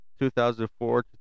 2004